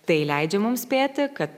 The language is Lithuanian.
tai leidžia mums spėti kad